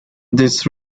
this